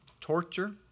Torture